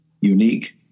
unique